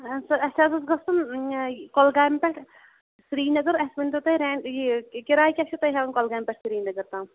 اہَن سا اَسہِ حظ اوس گَژھُن کۄلگامہِ پٮ۪ٹھ سِریٖنگر اَسہِ ؤنۍتو تُہۍ رٮ۪نٛٹ یہِ کِراے کیٛاہ چھُو تُہۍ ہٮ۪وان کۄلگامہِ پٮ۪ٹھ سِریٖنَگر تام